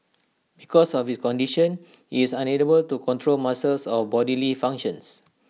because of condition he is unable to control muscles or bodily functions